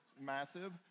massive